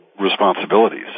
responsibilities